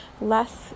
less